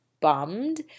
bummed